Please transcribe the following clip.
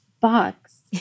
box